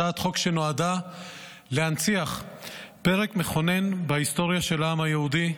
הצעת חוק שנועדה להנציח פרק מכונן בהיסטוריה של העם היהודי,